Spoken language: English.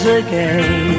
again